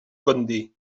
condé